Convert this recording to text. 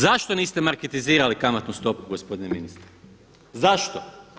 Zašto niste marketizirali kamatnu stopu gospodine ministre, zašto?